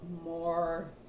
more